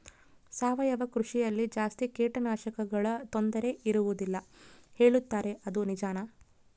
ಸಾವಯವ ಕೃಷಿಯಲ್ಲಿ ಜಾಸ್ತಿ ಕೇಟನಾಶಕಗಳ ತೊಂದರೆ ಇರುವದಿಲ್ಲ ಹೇಳುತ್ತಾರೆ ಅದು ನಿಜಾನಾ?